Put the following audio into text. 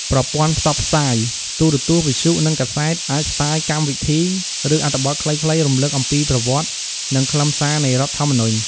ប្រព័ន្ធផ្សព្វផ្សាយ ទូរទស្សន៍ វិទ្យុ និងកាសែតអាចផ្សាយកម្មវិធី ឬអត្ថបទខ្លីៗរំលឹកអំពីប្រវត្តិ និងខ្លឹមសារនៃរដ្ឋធម្មនុញ្ញ។